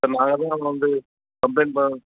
sir நாங்கள் யாரும் அங்கே வந்து கம்ப்ளைண்ட் ப